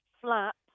flat